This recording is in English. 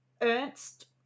Ernst